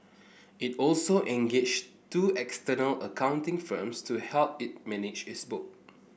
it also engaged two external accounting firms to help it manage its book